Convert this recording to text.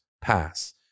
pass